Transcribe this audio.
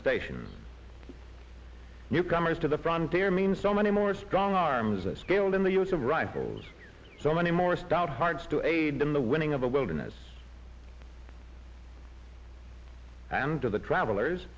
stations newcomers to the front tier means so many more strong arms a skilled in the use of rifles so many more stout hearts to aid in the winning of the wilderness and to the travelers